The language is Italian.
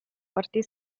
parti